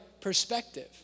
perspective